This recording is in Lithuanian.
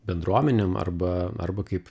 bendruomenėm arba arba kaip